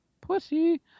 Pussy